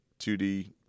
2D